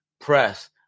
press